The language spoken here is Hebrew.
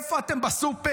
איפה אתם בסופר?